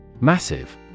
Massive